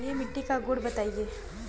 अम्लीय मिट्टी का गुण बताइये